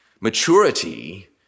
Maturity